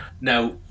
Now